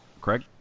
Craig